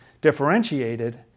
differentiated